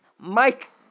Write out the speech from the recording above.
Mike